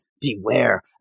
Beware